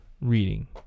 reading